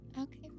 Okay